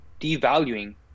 devaluing